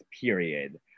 period